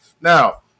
Now